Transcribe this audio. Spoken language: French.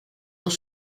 dans